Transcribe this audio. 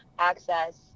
Access